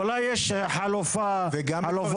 אולי יש חלופה --- וגם בכפר סבא.